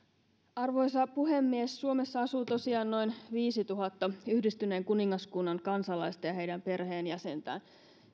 arvoisa puhemies suomessa asuu tosiaan noin viiteentuhanteen yhdistyneen kuningaskunnan kansalaista ja heidän perheenjäsentään